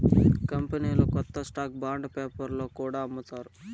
కంపెనీలు కొత్త stock bond పేపర్లో కూడా అమ్ముతారు